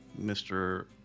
mr